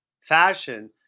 fashion